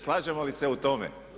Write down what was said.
Slažemo li se o tome?